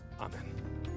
Amen